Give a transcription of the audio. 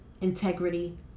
integrity